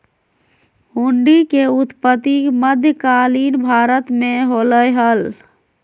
हुंडी के उत्पत्ति मध्य कालीन भारत मे होलय हल